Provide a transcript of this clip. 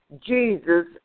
Jesus